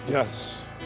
yes